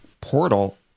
portal